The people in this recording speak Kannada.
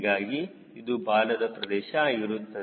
ಹೀಗಾಗಿ ಇದು ಬಾಲದ ಪ್ರದೇಶ ಆಗಿರುತ್ತದೆ